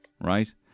right